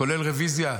כולל רוויזיה?